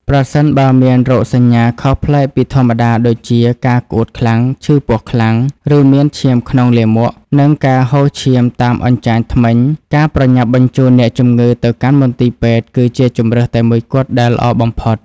ប្រសិនបើមានរោគសញ្ញាខុសប្លែកពីធម្មតាដូចជា ការក្អួតខ្លាំង ឈឺពោះខ្លាំង ឬមានឈាមក្នុងលាមក និងការហូរឈាមតាមអញ្ចាញធ្មេញ ការប្រញាប់បញ្ជូនអ្នកជំងឺទៅកាន់មន្ទីរពេទ្យគឺជាជម្រើសតែមួយគត់ដែលល្អបំផុត។